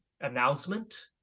announcement